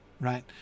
Right